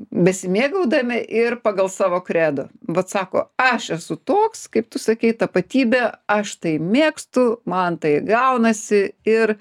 besimėgaudami ir pagal savo kredo vat sako aš esu toks kaip tu sakei tapatybė aš tai mėgstu man tai gaunasi ir